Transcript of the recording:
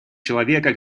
человека